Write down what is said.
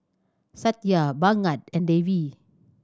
Satya Bhagat and Devi